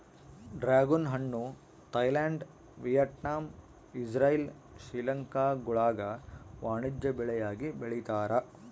dragon ಹಣ್ಣು Thailand Vietnam Israel ಶ್ರೀಲಂಕಾಗುಳಾಗ ವಾಣಿಜ್ಯ ಬೆಳೆಯಾಗಿ ಬೆಳೀತಾರ